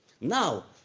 Now